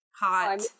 Hot